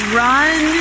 run